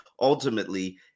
ultimately